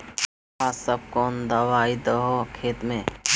आहाँ सब कौन दबाइ दे है खेत में?